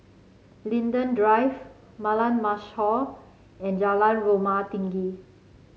Linden Drive Mashhor and Jalan Rumah Tinggi